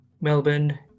Melbourne